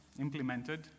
implemented